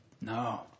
No